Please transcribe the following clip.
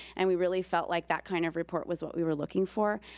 and we really felt like that kind of report was what we were looking for.